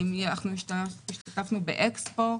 השתתפנו באקספו.